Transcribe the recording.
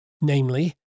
namely